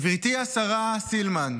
גברתי השרה סילמן,